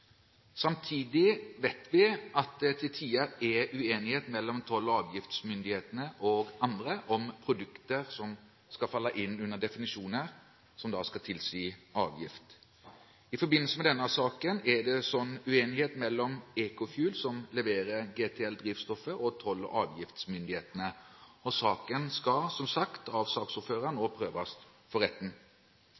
Samtidig vet vi at det til tider er uenighet mellom toll- og avgiftsmyndighetene og andre om produkter som skal falle inn under definisjoner som da skal tilsi avgift. I forbindelse med denne saken er det en slik uenighet mellom EcoFuel som leverer GTL-drivstoffet og toll- og avgiftsmyndighetene. Saken skal, som sagt av saksordføreren, nå